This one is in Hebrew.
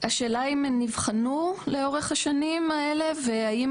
השאלה אם הן נבחנו לאורך השנים האלה והאם